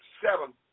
seven